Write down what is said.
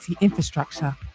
infrastructure